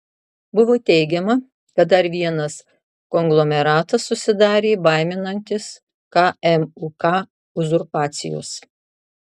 buvo teigiama kad dar vienas konglomeratas susidarė baiminantis kmuk uzurpacijos